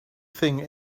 thing